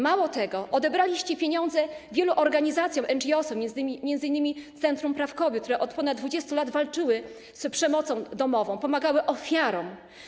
Mało tego, odebraliście pieniądze wielu organizacjom, NGOs, m.in. Centrum Praw Kobiet, które od ponad 20 lat walczyły z przemocą domową, pomagały ofiarom.